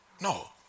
No